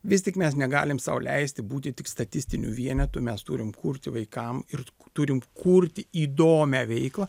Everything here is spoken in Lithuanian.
vis tik mes negalim sau leisti būti tik statistiniu vienetu mes turim kurti vaikam ir turim kurti įdomią veiklą